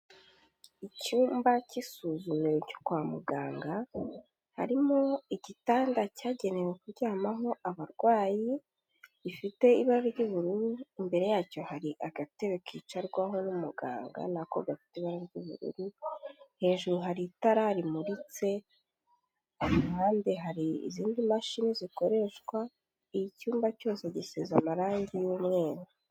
Icyumba cy'isuzumiro cyo kwa muganga, harimo igitanda cyagenewe kuryamaho abarwayi gifite ibara ry'ubururu, imbere yacyo hari agatebe kicarwaho n'umuganga n'ako gafite ibara ry'ubururu, hejuru hari itara rimuritse, ku ruhande hari izindi mashini zikoreshwa, icyumba cyose gisize amarangi y'umweru.